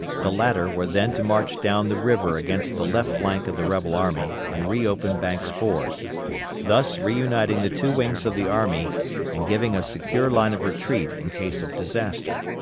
the latter were then to march down the river against the left flank of the rebel army and re-open banks' ford thus re-uniting the two wings of the army and giving a secure line of retreat in case of disaster.